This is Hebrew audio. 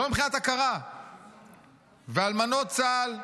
ואלמנות צה"ל,